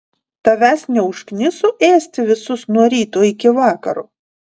tavęs neužkniso ėsti visus nuo ryto iki vakaro